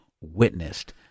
witnessed